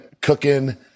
cooking